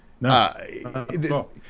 no